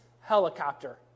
helicopter